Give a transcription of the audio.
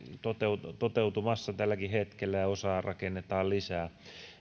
toteutumassa tälläkin hetkellä ja osaa rakennetaan lisää